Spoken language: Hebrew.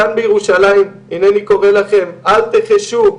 כאן בירושלים הנני קורא לכם: אל תחשו,